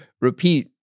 repeat